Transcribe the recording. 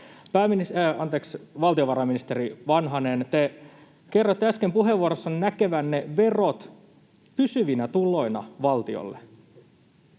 ole. Valtionvarainministeri Vanhanen, te kerroitte äsken puheenvuorossanne näkevänne verot pysyvinä tuloina valtiolle.